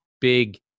big